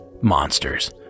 monsters